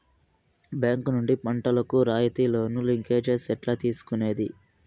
Bank నుండి పంటలు కు రాయితీ లోను, లింకేజస్ ఎట్లా తీసుకొనేది?